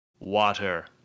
water